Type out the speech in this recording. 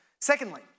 Secondly